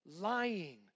lying